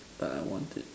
but I want it